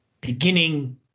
beginning